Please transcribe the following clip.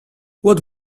what